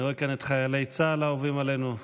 אני רואה כאן את חיילי צה"ל האהובים עלינו.